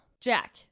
Jack